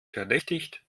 verdächtigt